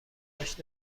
صداش